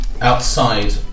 outside